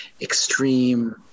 extreme